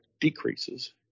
decreases